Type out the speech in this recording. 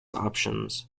options